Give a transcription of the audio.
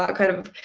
ah kind of